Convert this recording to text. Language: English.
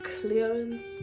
clearance